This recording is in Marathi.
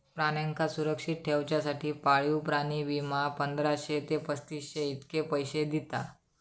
प्राण्यांका सुरक्षित ठेवच्यासाठी पाळीव प्राणी विमा, पंधराशे ते पस्तीसशे इतके पैशे दिता